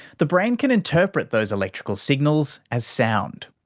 the brain can interpret those electrical signals as sound.